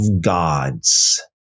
gods